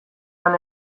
lan